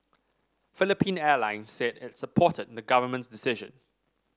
Philippine Airlines said it supported the government's decision